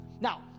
Now